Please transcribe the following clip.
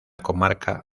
comarca